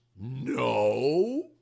No